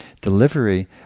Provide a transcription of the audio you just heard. delivery